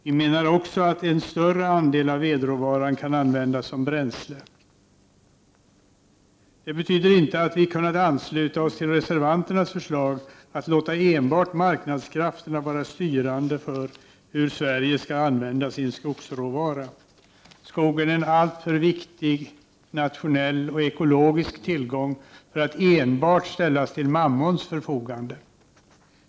Vi menar också att en större andel av vedråvaran kan användas som bränsle. Det betyder att vi inte kunnat ansluta oss till reservanternas förslag att låta enbart marknadskrafterna vara styrande för hur Sverige skall använda sin skogsråvara. Skogen är en alltför viktig nationell och ekologisk tillgång för att enbart ställas till Mammons förfogande.